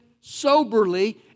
soberly